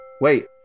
Wait